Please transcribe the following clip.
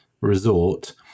resort